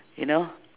you know